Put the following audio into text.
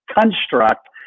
construct